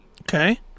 Okay